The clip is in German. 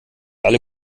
alle